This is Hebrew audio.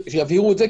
שיבהירו את זה.